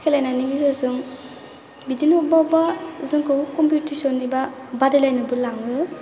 सिखायलायनानै जों बिदिनो अबेबा अबेबा जोंखौ कमपिटिसन एबा बादायलायनोबो लाङो